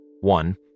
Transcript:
One